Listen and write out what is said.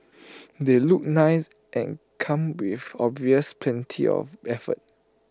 they look nice and come with obvious plenty of effort